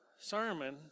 sermon